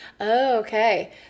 okay